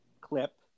clip